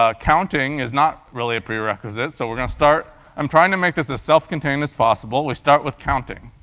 ah counting is not really a prerequisite, so we're going to start i'm trying to make this as self-contained as possible, we start with counting.